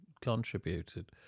contributed